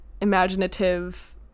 imaginative